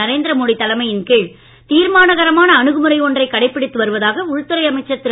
நரேந்திர மோடி தலைமையின் கீழ் தீர்மானகரமான அணுகுமுறை ஒன்றைக் கடைப்பிடித்து வருவதாக உள்துறை அமைச்சர் திரு